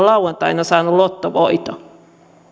lauantaina saaneet lottovoiton